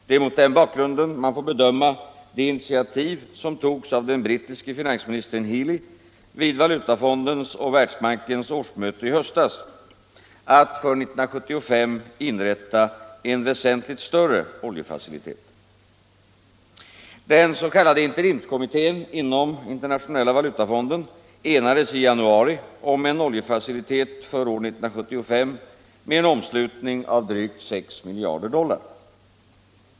Det är mot denna bakgrund man får bedöma det initiativ som togs av den brittiske finansministern Healey vid Valutafondens och Världsbankens årsmöte i höstas att för år 1975 inrätta en väsentligt större oljefacilitet. Den s.k. interimskommittén inom Internationella valutafonden enades i januari om en oljefacilitet för år 1975 med en omslutning av drygt 6 miljarder dollar.